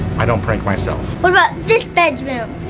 i don't prank myself. what about this bedroom?